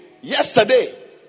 yesterday